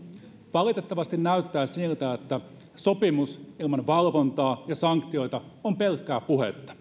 valitettavasti näyttää siltä että sopimus ilman valvontaa ja sanktioita on pelkkää puhetta